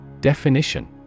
Definition